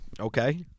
Okay